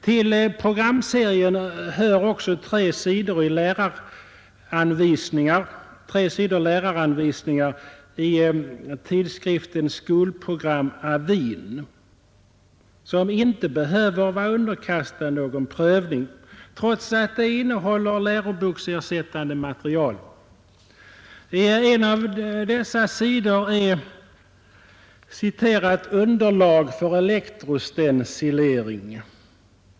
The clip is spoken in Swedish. Till programserien hör också tre sidor läraranvisningar i tidskriften ”Skolprogram-AVIN”, som inte behöver underkastas prövning trots att den innehåller läroboksersättande material. En av dessa sidor innehåller ”Underlag för elektrostencilering”.